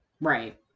Right